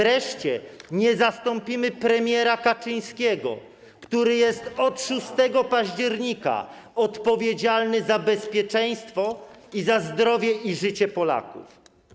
Wreszcie nie zastąpimy premiera Kaczyńskiego, który jest od 6 października odpowiedzialny za bezpieczeństwo, za zdrowie i życie Polaków.